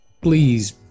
please